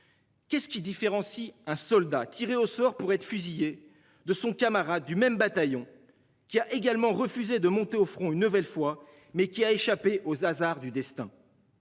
Qu'est-ce qui différencie un soldat tiré au sort pour être fusillés de son camarade du même bataillon qui a également refusé de monter au front, une nouvelle fois mais qui a échappé aux hasards du destin.